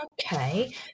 Okay